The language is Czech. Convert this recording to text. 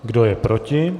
Kdo je proti?